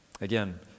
Again